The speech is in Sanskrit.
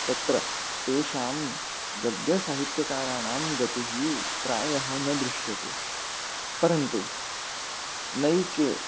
तत्र तेषां गद्यसाहित्यकाराणां गतिः प्रायः न दृश्यते परन्तु नैके